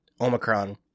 Omicron